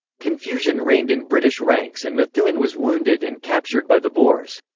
confusion reigned in british ranks and methuen was wounded and captured by the boers.